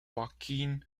joaquin